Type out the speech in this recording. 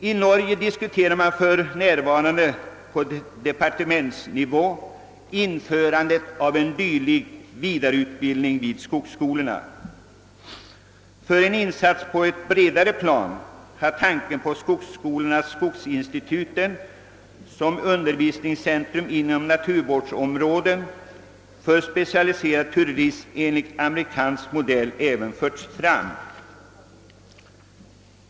I Norge diskuteras för närvarande på departementsnivå införande av en dylik vidareutbildning vid skogsskolorna. För en insats på ett bredare plan har förts fram tanken på skogsskolorna— skogsinstituten som undervisningscentra inom naturvårdsområden för specialiserad turism enligt amerikansk modell. Herr talman!